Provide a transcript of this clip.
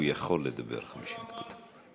הוא יכול לדבר 50 דקות.